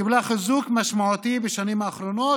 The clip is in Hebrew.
קיבלה חיזוק משמעותי בשנים האחרונות,